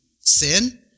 Sin